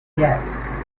yes